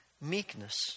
meekness